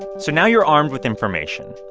so now you're armed with information.